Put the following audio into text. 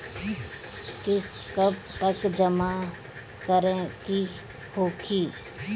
किस्त कब तक जमा करें के होखी?